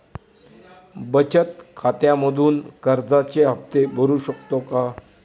बचत खात्यामधून कर्जाचे हफ्ते भरू शकतो का?